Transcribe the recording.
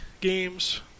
games